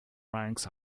ranks